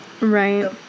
right